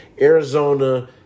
Arizona